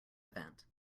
event